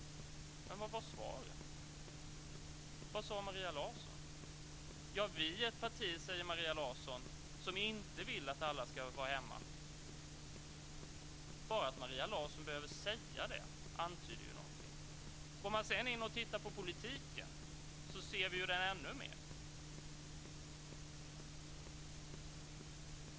Men vad var svaren? Vad sade Maria Larsson? Vi är ett parti, sade hon, som inte vill att alla ska vara hemma. Bara att Maria Larsson behöver säga det antyder ju någonting. Går vi sedan in och tittar på politiken ser vi detta ännu mer.